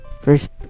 first